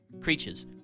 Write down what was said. creatures